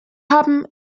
haben